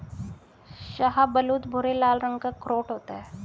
शाहबलूत भूरे लाल रंग का अखरोट होता है